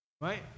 right